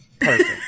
Perfect